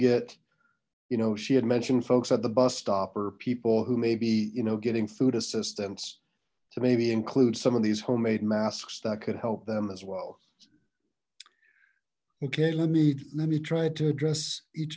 get you know she had mentioned folks at the bus stop or people who may be you know getting food assistance to maybe include some of these homemade masks that could help them as well okay let me let me try to address each